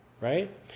right